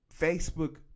Facebook